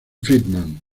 friedman